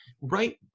right